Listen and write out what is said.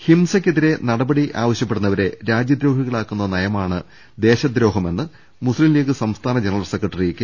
ഹിംസയ്ക്കെതിരെ നടപടി ആവശ്യപ്പെടുന്നവരെ രാജ്യദ്രോ ഹികളാക്കുന്ന നയമാണ് ദേശദ്രോഹമെന്ന് മുസ്ലിം ലീഗ് സംസ്ഥാന ജനറൽ സെക്രട്ടറി കെ